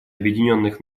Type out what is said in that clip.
объединенных